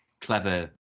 clever